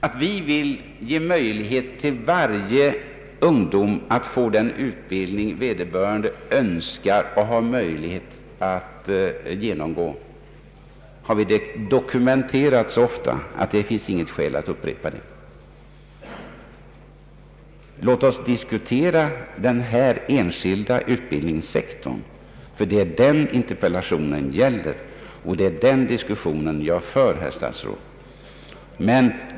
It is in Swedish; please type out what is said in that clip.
Att vi vill ge möjlighet för varje ungdom att få den utbildning vederbörande önskar och kan beredas tillfälle att genomgå, har vi deklarerat så ofta att det inte finns något skäl att här upprepa det. Låt oss diskutera den här enskilda utbildningssektorn — det är detta interpellationen gäller, och det är den diskussionen jag för, herr statsrådet.